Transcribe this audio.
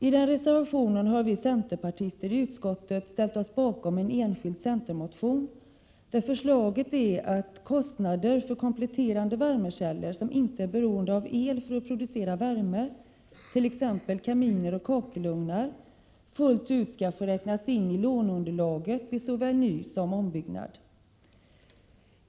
I den reservationen har vi centerpartister i utskottet ställt oss bakom en enskild centermotion där förslaget är att kostnader för kompletterande värmekällor som inte är beroende av el för att producera värme, t.ex. kaminer och kakelugnar, fullt ut skall få räknas in i låneunderlaget vid såväl nysom ombyggnad.